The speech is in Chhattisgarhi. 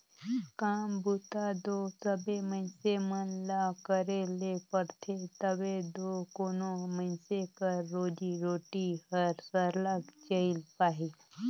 काम बूता दो सबे मइनसे मन ल करे ले परथे तबे दो कोनो मइनसे कर रोजी रोटी हर सरलग चइल पाही